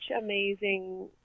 amazing